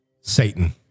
Satan